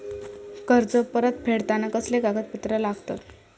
कर्ज परत फेडताना कसले कागदपत्र लागतत?